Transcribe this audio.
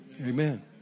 Amen